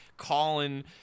Colin